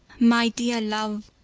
my dear love,